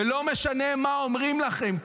ולא משנה מה אומרים לכם,